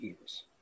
ears